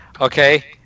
Okay